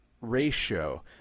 ratio